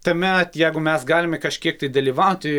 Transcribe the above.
tuomet jeigu mes galime kažkiek tai dalyvauti